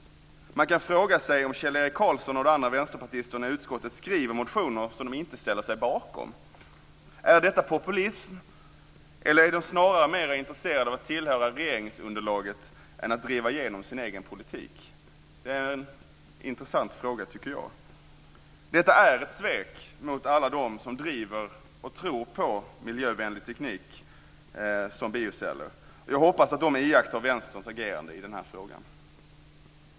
Man kan fråga sig om Kjell-Erik Karlsson och de andra vänsterpartisterna i utskottet skriver motioner som de inte ställer sig bakom. Är detta populism, eller är de snarare mera intresserade av att tillhöra regeringsunderlaget än av att driva igenom sin egen politik? Det är en intressant fråga, tycker jag. Detta är ett svek mot alla dem som driver och tror på miljövänlig teknik som bioceller, och jag hoppas att de iakttar Vänsterns agerande i den här frågan.